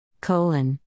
Colon